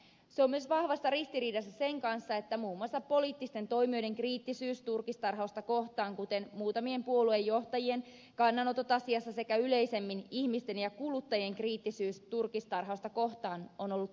se on myös vahvassa ristiriidassa sen kanssa että muun muassa poliittisten toimijoiden kriittisyys turkistarhausta kohtaan kuten muutamien puolueen johtajien kannanotot asiassa sekä yleisemmin ihmisten ja kuluttajien kriittisyys turkistarhausta kohtaan on ollut kasvavaa